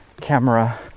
camera